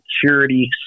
security